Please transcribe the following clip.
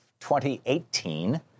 2018